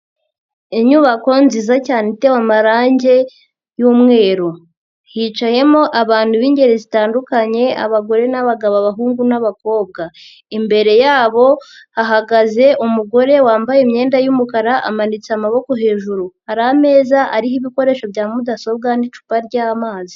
Inyubako nziza cyane itewe amarangi y'umweru, hicayemo abantu b'ingeri zitandukanye abagore n'abagabo, abahungu n'abakobwa, imbere yabo hahagaze umugore wambaye imyenda y'umukara amanitse amaboko hejuru, hari ameza ariho ibikoresho bya mudasobwa n'icupa ry'amazi.